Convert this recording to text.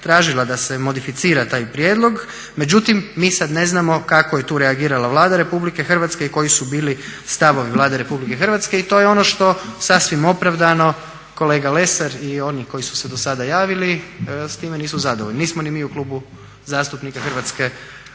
tražila da se modificira taj prijedlog, međutim mi sad ne znamo kako je tu reagirala Vlada Republike Hrvatske i koji su bili stavovi Vlade RH. To je ono što sasvim opravdano kolega Lesar i oni koji su se dosada javili s time nisu zadovoljni, nismo ni mi u Klubu zastupnika HDZ-a.